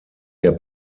der